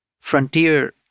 frontier